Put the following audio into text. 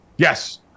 Yes